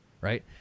right